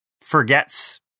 forgets